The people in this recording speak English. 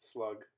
Slug